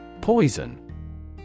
Poison